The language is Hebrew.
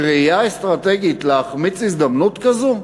בראייה אסטרטגית, להחמיץ הזדמנות כזאת?